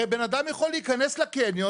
הרי בן אדם יכול להיכנס לקניון,